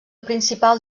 principal